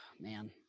man